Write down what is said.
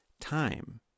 time